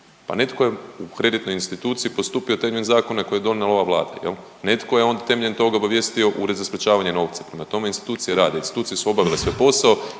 pa netko je u kreditnoj instituciji postupio temeljem zakona koji je donijela ova vlada jel, netko je onda temeljem toga obavijestio Ured za sprječavanje novca, prema tome institucije rade, institucije su obavile svoj posao